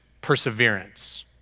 perseverance